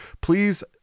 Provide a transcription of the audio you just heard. please